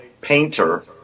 painter